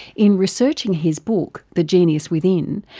in researching his book the genius within,